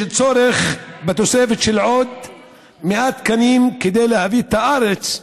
יש צורך בתוספת של 100 תקנים כדי להביא את הארץ,